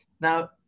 now